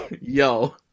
Yo